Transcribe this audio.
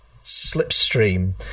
slipstream